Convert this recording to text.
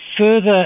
further